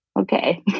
Okay